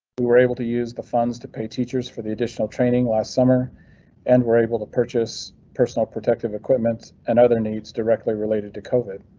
we were able to use the funds to pay teachers for the additional training last summer and were able to purchase personal protective equipment and other needs directly related to covid.